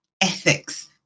ethics